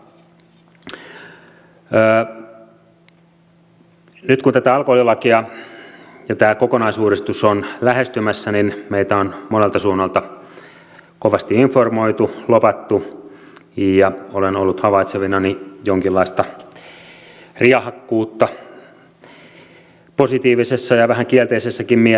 nyt kun tämä alkoholilain kokonaisuudistus on lähestymässä niin meitä on monelta suunnalta kovasti informoitu lobattu ja olen ollut havaitsevinani jonkinlaista riehakkuutta positiivisessa ja vähän kielteisessäkin mielessä